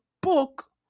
book